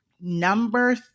Number